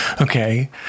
Okay